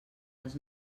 les